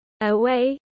Away